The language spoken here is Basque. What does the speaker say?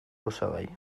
osagai